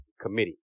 Committee